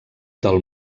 del